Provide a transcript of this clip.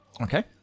Okay